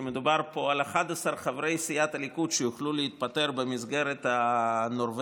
כי מדובר פה על 11 חברי סיעת הליכוד שיוכלו להתפטר במסגרת הנורבגי,